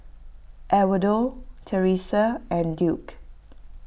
Edwardo Teressa and Duke